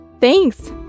Thanks